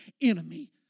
enemy